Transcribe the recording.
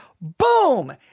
Boom